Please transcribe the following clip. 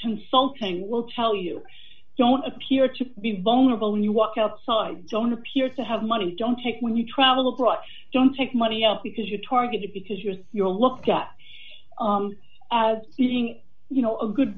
consulting will tell you don't appear to be vulnerable when you walk outside don't appear to have money you don't take when you travel abroad don't take money out because you targeted because you're you're looked at as being you know a good